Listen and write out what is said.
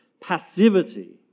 passivity